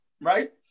Right